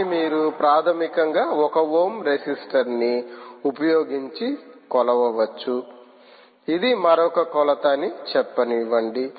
కానీ మీరు ప్రాథమికంగా ఒక ఓం రెసిస్టర్ ని ఉపయోగించి కొలవవచ్చు ఇది మరొక కొలత అని చెప్పనివ్వండి